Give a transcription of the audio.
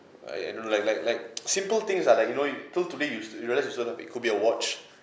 I I don't know like like like simple things lah like you know you so today you you realise also could be could be a watch